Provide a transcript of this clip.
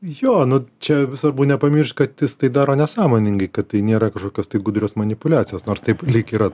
jo nu čia svarbu nepamiršt kad jis tai daro nesąmoningai kad tai nėra kažkokios tai gudrios manipuliacijos nors taip lyg ir